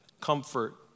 comfort